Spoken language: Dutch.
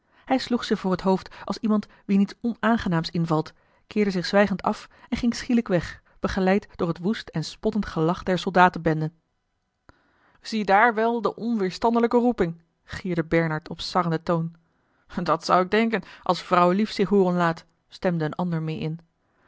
hij sloeg zich voor het hoofd als iemand wien iets onaangenaams invalt keerde zich zwijgend af en ging schielijk weg begeleid door het woest en spottend gelach der soldatenbende ziedaar wel de onweêrstandelijke roeping gierde bernard op sarrenden toon dat zou ik denken als vrouwlief zich hooren laat stemde een ander meê in